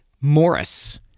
Morris